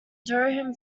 durham